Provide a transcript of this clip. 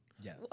Yes